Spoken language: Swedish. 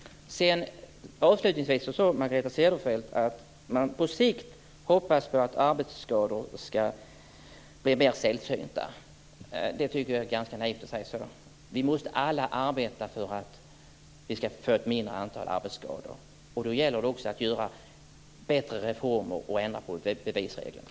Avslutningsvis sade Margareta Cederfelt att man på sikt hoppas att arbetsskador ska bli mer sällsynta. Jag tycker att det är ganska naivt att säga så. Vi måste alla arbeta för att vi ska få ett mindre antal arbetsskador, och då gäller det också att göra bättre reformer och ändra på bevisreglerna.